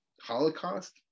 Holocaust